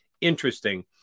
interesting